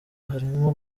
harimo